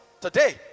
Today